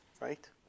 right